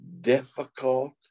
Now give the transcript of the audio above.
difficult